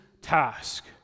task